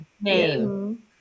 name